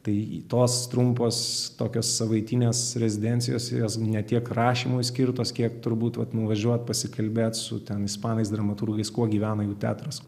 tai tos trumpos tokios savaitinės rezidencijos jos ne tiek rašymui skirtos kiek turbūt vat nuvažiuot pasikalbėt su ten ispanais dramaturgais kuo gyvena jų teatras